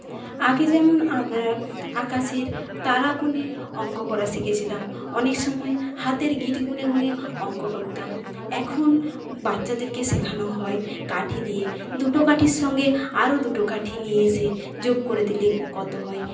আগে যেমন আমরা আকাশের তারা গুণে অঙ্ক করা শিখেছিলাম অনেক সময় হাতের গিট গুণে গুণে অঙ্ক করতাম এখন বাচ্চাদেরকে শেখানো হয় কাঠি দিয়ে দুটো কাঠির সঙ্গে আরও দুটো কাঠি নিয়ে এসে যোগ করে দিলে কত হয়